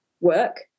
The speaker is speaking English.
work